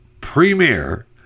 Premiere